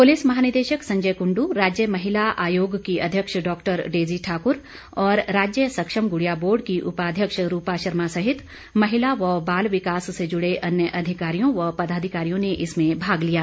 police महानिदेशक संजय कुंड़ राज्य महिला आयोग की अध्यक्ष डॉ डेजी ठाकुर और राज्य सक्षम गुड़िया बोर्ड की उपाध्यक्ष रूपा शर्मा सहित महिला व बाल विकास से जुड़े अन्य अधिकारियों व पदाधिकारियों ने इसमें भाग लिया